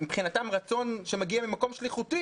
מבחינתם רצון שמגיע ממקום של שליחות.